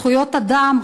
זכויות אדם,